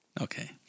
Okay